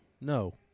No